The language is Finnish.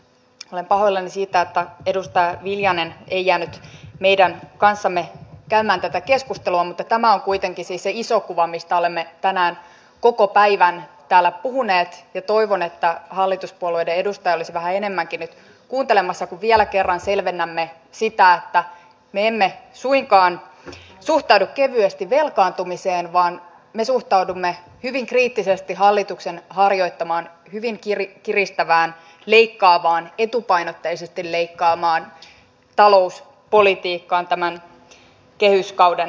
olen pahoillani siitä että edustaja viljanen ei jäänyt meidän kanssamme käymään tätä keskustelua mutta tämä on kuitenkin siis se iso kuva mistä olemme tänään koko päivän täällä puhuneet ja toivon että hallituspuolueiden edustajia olisi vähän enemmänkin nyt kuuntelemassa kun vielä kerran selvennämme sitä että me emme suinkaan suhtaudu kevyesti velkaantumiseen vaan me suhtaudumme hyvin kriittisesti hallituksen harjoittamaan hyvin kiristävään leikkaavaan etupainotteisesti leikkaavaan talouspolitiikkaan tämän kehyskauden aikana